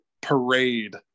parade